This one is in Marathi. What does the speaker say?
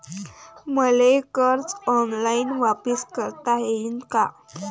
मले कर्ज ऑनलाईन वापिस करता येईन का?